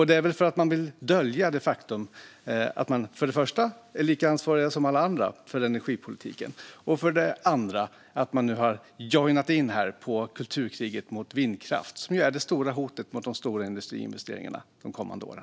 Det är väl för att man vill dölja det faktum att man för det första är lika ansvariga som alla andra för energipolitiken och att man för det andra har joinat in i kulturkriget mot vindkraft, som ju är det stora hotet mot de stora industriinvesteringarna de kommande åren.